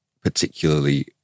particularly